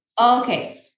Okay